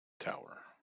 tower